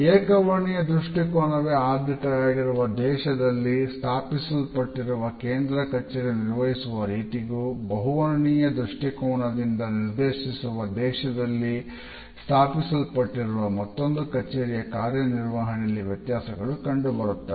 ಏಕ ವರ್ಣೀಯ ದೃಷ್ಟಿಕೋನವೇ ಆದ್ಯತೆಯಾಗಿರುವ ದೇಶದಲ್ಲಿ ಸ್ಥಾಪಿಸಲ್ಪಟ್ಟಿರುವ ಕೇಂದ್ರ ಕಛೇರಿ ನಿರ್ವಹಿಸುವ ರೀತಿಗೂ ಬಹುವರ್ಣೀಯ ದೃಷ್ಟಿಕೋನದಿಂದ ನಿರ್ದೇಶಿಸಿರುವ ದೇಶದಲ್ಲಿ ಸ್ಥಾಪಿಸಲ್ಪಟ್ಟಿರುವ ಮತ್ತೊಂದು ಕಚೇರಿಯ ಕಾರ್ಯನಿರ್ವಹಣೆಯಲ್ಲಿ ವ್ಯತ್ಯಾಸಗಳು ಕಂಡುಬರುತ್ತವೆ